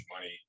money